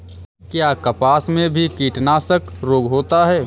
क्या कपास में भी कीटनाशक रोग होता है?